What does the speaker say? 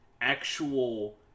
actual